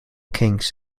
kings